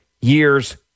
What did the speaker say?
years